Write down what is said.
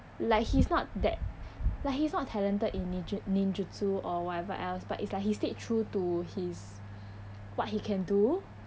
like he is not that like he is not talented in nin~ ninjutsu or whatever else but is like he stayed true to his what he can do